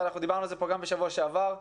דיברנו על זה גם בשבוע שעבר,